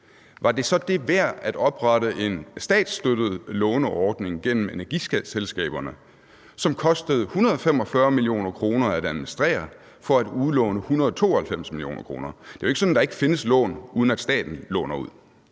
var det værd at oprette en statsstøttet låneordning gennem energiskatselskaberne, som det kostede 145 mio. kr. at administrere for at udlåne 192 mio. kr.? Det er jo ikke sådan, at der ikke findes lån, uden at staten låner